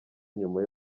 nyuma